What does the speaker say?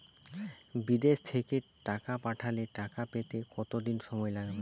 বিদেশ থেকে টাকা পাঠালে টাকা পেতে কদিন সময় লাগবে?